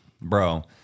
bro